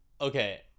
Okay